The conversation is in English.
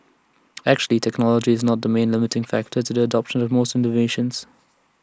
actually technology is not the main limiting factor to the adoption of most innovations